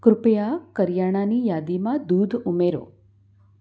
કૃપયા કરીયાણાની યાદીમાં દૂધ ઉમેરો